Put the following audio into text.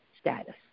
status